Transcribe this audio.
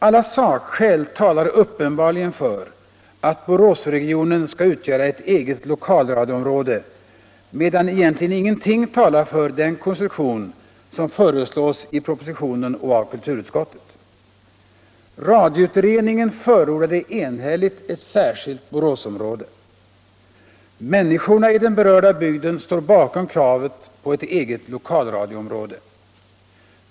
Alla sakskäl talar uppenbarligen för att Boråsregionen skall utgöra ett eget lokalradioområde medan egentligen ingenting talar för den konstruktion som föreslås i propositionen och av kulturutskottet. Radioutredningen förordade enhälligt ett särskilt Boråsområde. Människorna i den berörda bygden står bakom kravet på eget lokalradioområde.